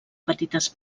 petites